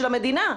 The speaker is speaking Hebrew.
של המדינה.